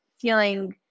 feeling